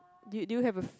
do do you have a